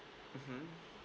mmhmm